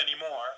anymore